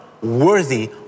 worthy